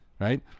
right